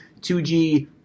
2G